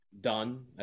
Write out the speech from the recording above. done